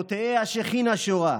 / פה תהא השכינה שורה,